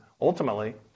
ultimately